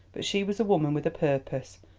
but she was a woman with a purpose,